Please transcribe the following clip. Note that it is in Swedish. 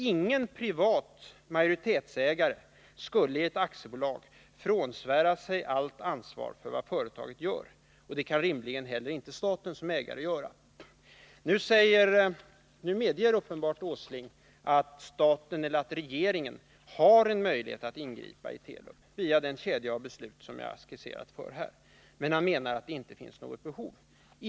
Ingen privat majoritetsägare skulle i ett aktiebolag frånsvära sig allt ansvar för vad företaget gör, och det kan rimligen inte heller staten som ägare göra. Nu medger Nils Åsling uppenbarligen att regeringen har en möjlighet att ingripa i Telubs verksamhet via den kedja av beslut som jag skisserade, men han menar att det inte finns något behov därav.